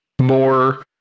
more